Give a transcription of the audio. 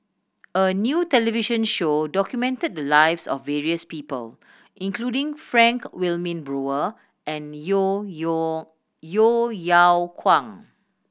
a new television show documented the lives of various people including Frank Wilmin Brewer and Yeo Yo Yeo Yeow Kwang